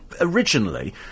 originally